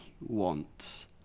want